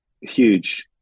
huge